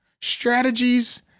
strategies